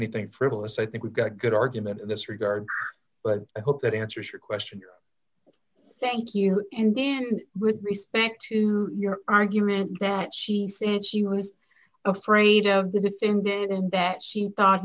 anything frivolous i think we've got a good argument in this regard but i hope that answers your question thank you indeed and with respect to your argument that she said she was afraid of the defendant and that she thought